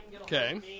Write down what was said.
Okay